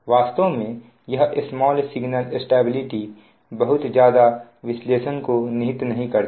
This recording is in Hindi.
वास्तव में यह स्मॉल सिगनल स्टेबिलिटी बहुत ज्यादा विश्लेषण को निहित करता